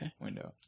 window